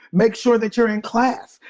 make sure that you're in class.